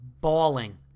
bawling